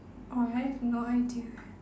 oh I have no idea